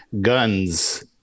Guns